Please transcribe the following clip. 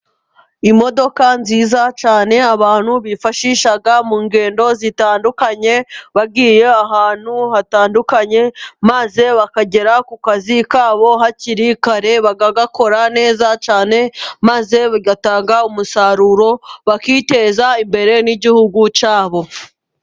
Imodoka nziza cyane abantu bifashisha mu ngendo zitandukanye, bagiye ahantu hatandukanye, maze bakagera ku kazi kabo hakiri kare, bagakora neza cyane maze bigatanga umusaruro bakiteza imbere n'igihugu cyabo.